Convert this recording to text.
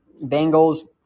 Bengals